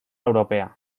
europea